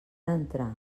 entrar